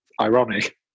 ironic